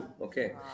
okay